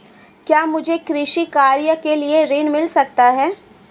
क्या मुझे कृषि कार्य के लिए ऋण मिल सकता है?